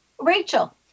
Rachel